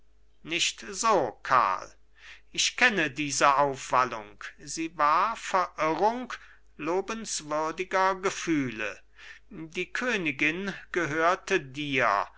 nicht so karl ich kenne diese aufwallung sie war verirrung lobenswürdiger gefühle die königin gehörte dir